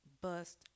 bust